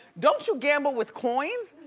don't you gamble with coins?